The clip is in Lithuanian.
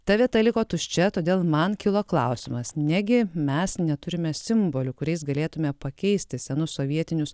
ta vieta liko tuščia todėl man kilo klausimas negi mes neturime simbolių kuriais galėtume pakeisti senus sovietinius